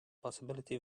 possibility